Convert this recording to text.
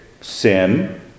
sin